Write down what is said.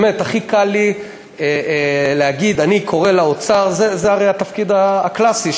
באמת הכי קל לי להגיד "אני קורא לאוצר" זה הרי התפקיד הקלאסי,